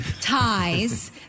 ties